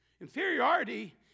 Inferiority